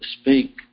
speak